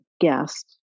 guest